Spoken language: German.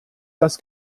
das